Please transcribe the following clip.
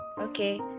Okay